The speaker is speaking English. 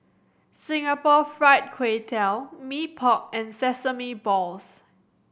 Singapore Fried Kway Tiao Mee Pok and sesame balls